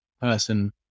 person